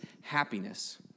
happiness